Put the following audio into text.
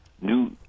new